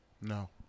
No